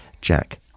Jack